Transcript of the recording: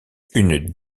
une